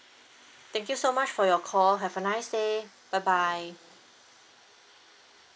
thank you so much for your call have a nice day bye bye